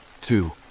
Two